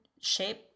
shape